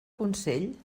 consell